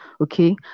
okay